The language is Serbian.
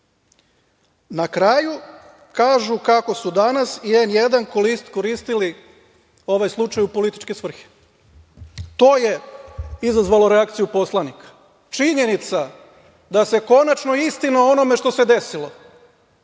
kraju, kažu kako su danas i N1 koristili ovaj slučaj u političke svrhe. To je izazvalo reakciju poslanika, činjenica da se konačno istina o onome što se desilo